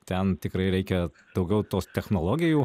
ten tikrai reikia daugiau tos technologijų